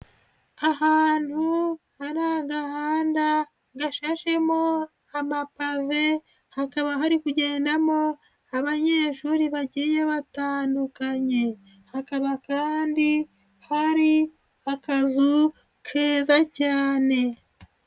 Ahantu hari agahanda gashashemo amapave, hakaba hari kugendamo abanyeshuri bagiye batandukanye. Hakaba kandi hari akazu keza cyane.